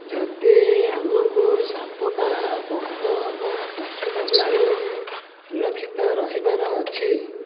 ଯଦି ଆମକୁ ସାପ ବା ପୋକ ବା ପଶୁ କାମୁଡ଼ାରୁ ସୁରକ୍ଷିତ ରହିବାର ଅଛି